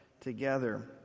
together